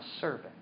servant